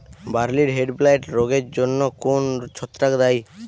বার্লির হেডব্লাইট রোগের জন্য কোন ছত্রাক দায়ী?